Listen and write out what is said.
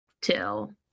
till